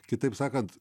kitaip sakant